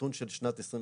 הנתון של שנת 2021